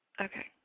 Okay